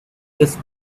this